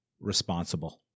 responsible